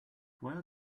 where